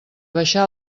baixar